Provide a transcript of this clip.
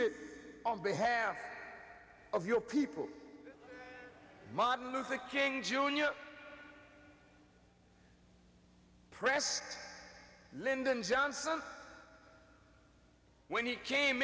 it on behalf of your people martin luther king jr press lyndon johnson when he came